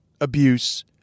abuse